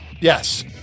Yes